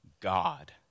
god